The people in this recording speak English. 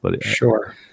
Sure